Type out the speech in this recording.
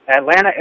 Atlanta